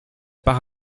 par